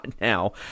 now